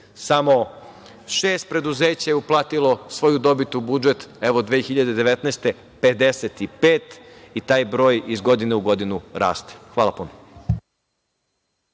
samo šest preduzeća je uplatilo svoju dobit u budžet. Evo 2019. godine 55 i taj broj iz godine u godinu raste. Hvala.